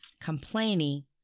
complaining